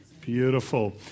Beautiful